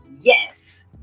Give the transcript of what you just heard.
yes